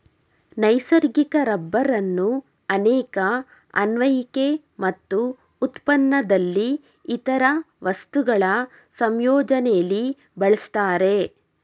ನೈಸರ್ಗಿಕ ರಬ್ಬರನ್ನು ಅನೇಕ ಅನ್ವಯಿಕೆ ಮತ್ತು ಉತ್ಪನ್ನದಲ್ಲಿ ಇತರ ವಸ್ತುಗಳ ಸಂಯೋಜನೆಲಿ ಬಳಸ್ತಾರೆ